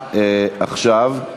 להצבעה עכשיו.